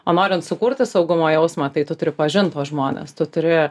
o norint sukurti saugumo jausmą tai tu turi pažint žmones tu turi